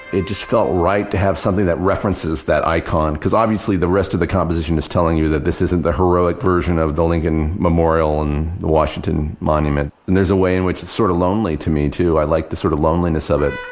it just felt right to have something that references that icon because obviously the rest of the composition is telling you that this isn't the heroic version of the lincoln memorial and the washington monument. there's a way in which it's sort of lonely to me, too. i like this sort of loneliness of it.